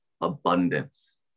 abundance